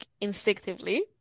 instinctively